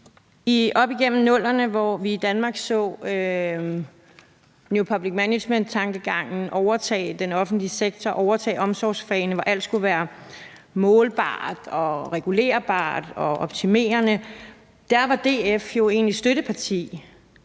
Op igennem 00'erne, hvor vi i Danmark så new public management-tankegangen overtage den offentlige sektor og overtage omsorgsfagene, og hvor alt skulle være målbart, regulerbart og optimerende, var DF jo egentlig støtteparti